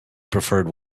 preferred